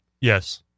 Yes